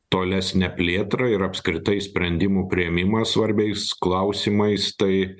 tolesnę plėtrą ir apskritai sprendimų priėmimą svarbiais klausimais tai